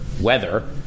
weather